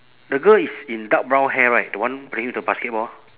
the girl is in dark brown hair right the one playing with the basketball